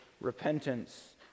repentance